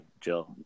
Jill